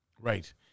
Right